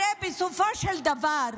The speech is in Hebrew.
הרי בסופו של דבר,